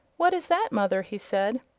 what is that, mother? he said.